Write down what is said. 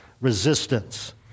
resistance